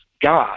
God